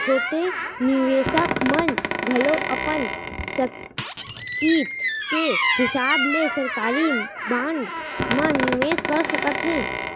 छोटे निवेसक मन घलौ अपन सक्ति के हिसाब ले सरकारी बांड म निवेस कर सकत हें